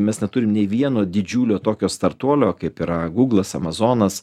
mes neturim nei vieno didžiulio tokio startuolio kaip yra gūglas amazonas